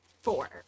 Four